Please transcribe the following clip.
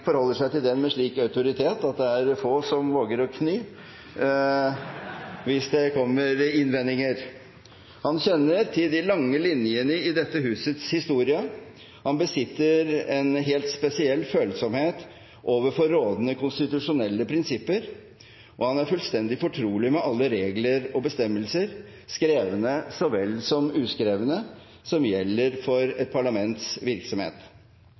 forholder seg til den med slik autoritet at det er få som våger å kny hvis det kommer innvendinger. Han kjenner til de lange linjene i dette husets historie, han besitter en helt spesiell følsomhet overfor rådende konstitusjonelle prinsipper, og han er fullstendig fortrolig med alle regler og bestemmelser, skrevne så vel som uskrevne, som gjelder for et parlaments virksomhet.